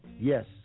Yes